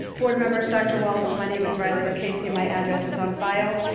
board members, dr. walts. my name is riley o'casey and my address is on file.